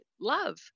love